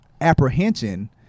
apprehension